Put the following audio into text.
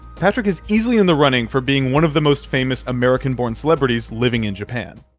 patrick is easily in the running for being one of the most famous american-born celebrities living in japan.